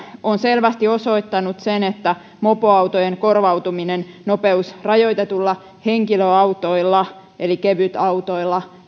on selvästi osoittanut sen että mopoautojen korvautuminen nopeusrajoitetuilla henkilöautoilla eli kevytautoilla